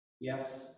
Yes